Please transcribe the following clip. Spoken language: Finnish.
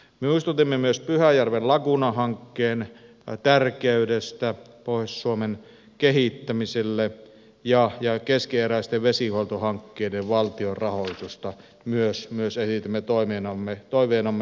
muistutimme myös pyhäjärven laguna hankkeen tärkeydestä pohjois suomen kehittämiselle ja keskeneräisten vesihuoltohankkeiden valtion rahoitusta myös esitimme toiveenamme